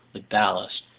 the ballast,